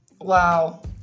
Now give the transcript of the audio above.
Wow